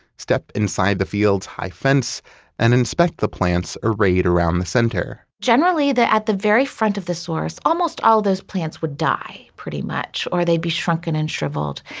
step inside the fields' high fence and inspect the plants arrayed around the center generally at the very front of the source, almost all those plants would die pretty much or they'd be shrunken and shriveled.